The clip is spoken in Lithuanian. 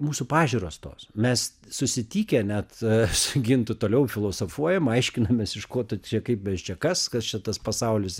mūsų pažiūros tos mes susitikę net su gintu toliau filosofuojam aiškinamės iš ko tu čia kaip mes čia kas kas čia tas pasaulis